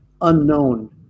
unknown